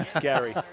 Gary